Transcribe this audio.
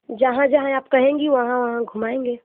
जहाँ जहाँ आप कहेंगी वहाँ वहाँ घुमाएँगे